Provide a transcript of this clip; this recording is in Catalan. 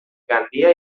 gandia